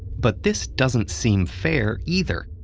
but this doesn't seem fair either.